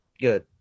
good